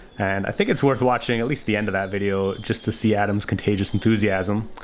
and i think it's worth watching at least the end of that video just to see adam's contagious enthusiasm,